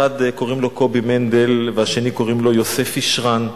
אחד קוראים לו קובי מנדל והשני קוראים לו יוסף אישרן,